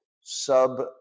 sub-